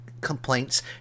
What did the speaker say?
complaints